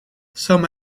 some